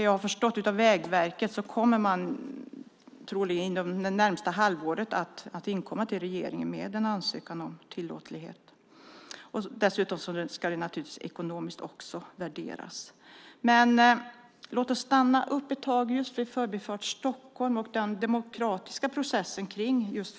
Jag har förstått att Vägverket troligen inom det närmaste halvåret kommer att inkomma till regeringen med en ansökan om tillåtlighet. Dessutom ska den naturligtvis värderas ekonomiskt. Låt oss stanna upp en stund vid Förbifart Stockholm och den demokratiska processen kring den.